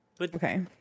Okay